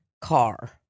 car